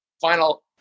final